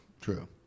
True